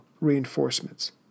reinforcements